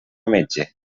metge